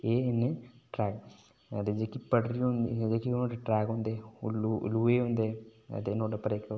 एह् न ट्रैक ते जेह्की पटरी होंदी ते जेह्के ट्रैक होंदे ओह् लोहे दे होंदे नुहाड़े उप्पर इक